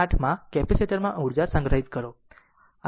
8 માં કેપેસિટર માં ઊર્જા સંગ્રહિત કરો